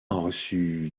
reçu